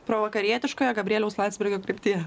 provakarietiškoje gabrieliaus landsbergio kryptyje